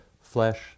Flesh